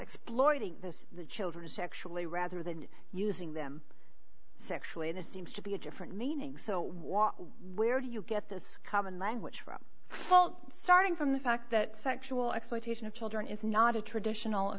exploiting this the children sexually rather than using them sexually in a seems to be a different meaning so was where do you get this common language from well starting from the fact that sexual exploitation of children is not a traditional